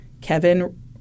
Kevin